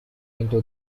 into